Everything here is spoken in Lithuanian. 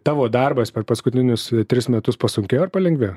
tavo darbas per paskutinius e tris metus pasunkėjo ar palengvėjo